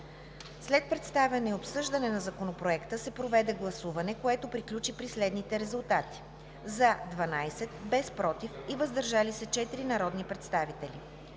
След представяне и обсъждане на Законопроекта се проведе гласуване, което приключи при следните резултати: „за“ – 12, без „против“ и „въздържал се“ – 4 народни представители.